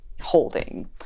holding